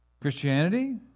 Christianity